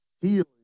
healing